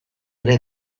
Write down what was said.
ere